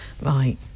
Right